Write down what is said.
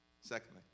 Secondly